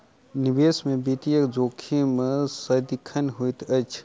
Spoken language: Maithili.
निवेश में वित्तीय जोखिम सदिखन होइत अछि